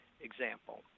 example